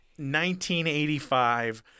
1985